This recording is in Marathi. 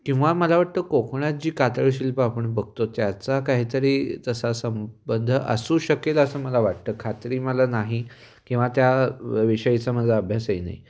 किंवा मला वाटतं कोकणत जी कातळशिल्पं आपण बघतो त्याचा काहीतरी तसा संबंध असू शकेल असं मला वाटतं खात्री मला नाही किंवा त्या विषयीचा माझा अभ्यासही नाही